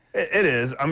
it is, um